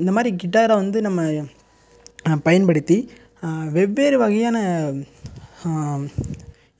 இந்த மாதிரி கிட்டாரை வந்து நம்ம பயன்படுத்தி வெவ்வேறு வகையான